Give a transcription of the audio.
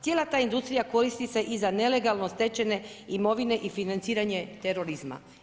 Cijela ta industrija koristi se i za nelegalno stečene imovine i financiranje terorizma.